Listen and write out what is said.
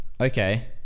okay